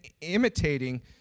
imitating